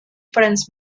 franz